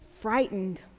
frightened